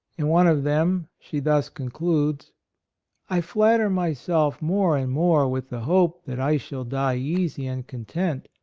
in one of them she thus con cludes i flatter myself more and more with the hope that i shall die easy and content,